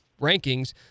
rankings